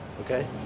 Okay